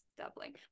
doubling